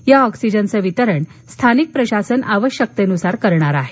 या ऑक्सीजन च वितरण स्थानीक प्रशासन आवश्यकतेनुसार करणार आहे